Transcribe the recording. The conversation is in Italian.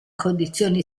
condizioni